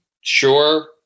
sure